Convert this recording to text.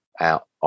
out